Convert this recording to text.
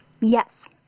Yes